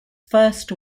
first